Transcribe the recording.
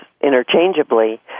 interchangeably